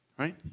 right